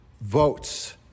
votes